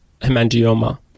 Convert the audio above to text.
hemangioma